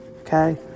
Okay